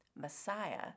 Messiah